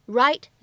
right